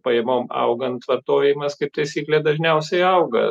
pajamom augant vartojimas kaip taisyklė dažniausiai auga